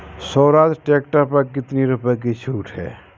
Swaraj tractor पर कितनी रुपये की छूट है?